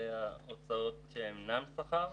את ההוצאות שאינן שכר,